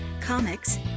comics